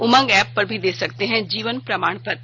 उमंग app पर भी दे सकते हैं जीवन प्रमाण पत्र